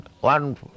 one